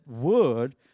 Word